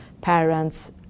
parents